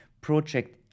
project